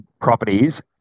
properties